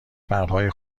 پرهای